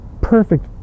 perfect